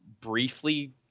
briefly